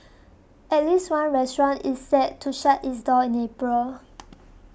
at least one restaurant is set to shut its doors in April